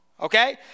Okay